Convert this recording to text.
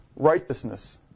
righteousness